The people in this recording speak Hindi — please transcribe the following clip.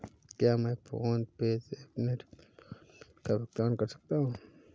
क्या मैं फोन पे से अपने टेलीफोन बिल का भुगतान कर सकता हूँ?